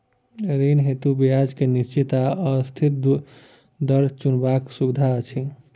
ऋण हेतु ब्याज केँ निश्चित वा अस्थिर दर चुनबाक सुविधा अछि